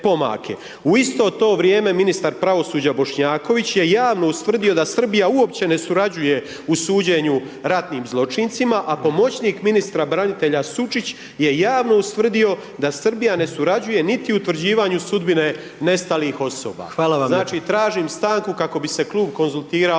U isto to vrijeme ministar pravosuđa Bošnjaković je javno ustvrdio da Srbija uopće ne surađuje u suđenju ratnim zločincima a pomoćnika ministra branitelja Sučić je javno ustvrdio da Srbija ne surađuje niti u utvrđivanju sudbine nestalih osoba. …/Upadica predsjednik: Hvala